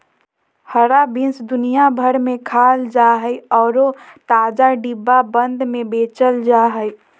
हरा बीन्स दुनिया भर में खाल जा हइ और ताजा, डिब्बाबंद में बेचल जा हइ